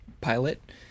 Pilot